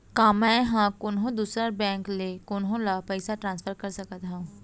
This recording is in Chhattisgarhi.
का मै हा कोनहो दुसर बैंक ले कोनहो ला पईसा ट्रांसफर कर सकत हव?